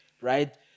right